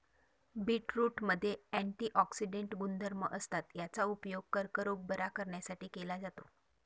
बीटरूटमध्ये अँटिऑक्सिडेंट गुणधर्म असतात, याचा उपयोग कर्करोग बरा करण्यासाठी केला जातो